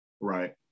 right